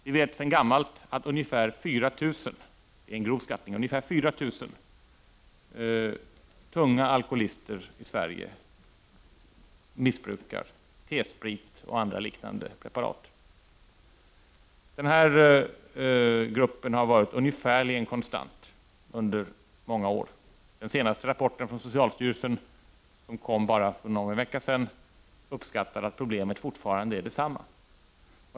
Vi vet sedan gammalt att ungefär 4 000 tunga alkoholister i Sverige, det är en grov skattning, missbrukar T-sprit och andra liknande preparat. Den här gruppen har varit ganska konstant under många år. I den senaste rapporten från socialstyrelsen, som lades fram för bara någon vecka sedan uppskattas att problemet fortfarande är detsamma.